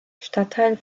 stadtteil